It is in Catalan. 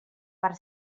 per